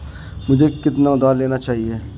मुझे कितना उधार लेना चाहिए?